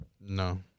No